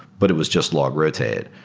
but it was just log rotate.